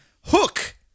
Hook